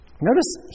Notice